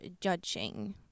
judging